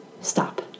stop